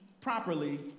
properly